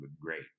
great